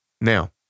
Now